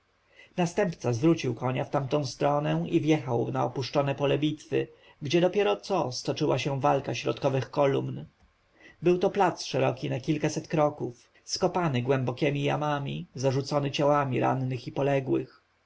następca zwrócił konia w tamtą stronę i wjechał na opuszczone pole bitwy gdzie dopiero co stoczyła się walka środkowych kolumn był to plac szeroki na kilkaset kroków skopany głębokiemi jamami zarzucony ciałami rannych i poległych